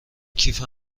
کیف